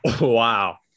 Wow